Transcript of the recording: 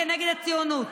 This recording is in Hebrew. כנגד הציונות,